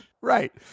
right